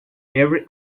every